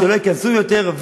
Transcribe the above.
שלא ייכנסו יותר,